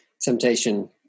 temptation